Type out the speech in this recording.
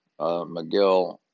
McGill